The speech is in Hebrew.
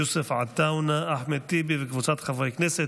יוסף עטאונה, אחמד טיבי וקבוצת חברי הכנסת,